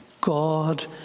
God